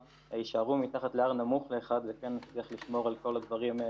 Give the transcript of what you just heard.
כמי שהיה יושב-ראש ועדת הקורונה ויושב בוועדה הזו ועוסק בנושא לא פחות